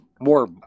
more